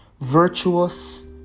virtuous